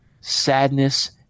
sadness